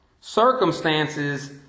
circumstances